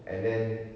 and then